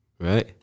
right